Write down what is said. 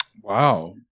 Wow